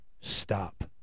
stop